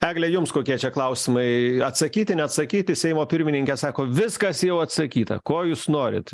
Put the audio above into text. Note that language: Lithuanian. egle jums kokie čia klausimai atsakyti neatsakyti seimo pirmininkė sako viskas jau atsakyta ko jūs norit